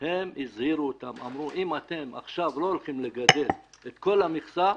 הם הזהירו אותם ואמרו: אם אתם עכשיו לא הולכים לגדל את כל המכסה,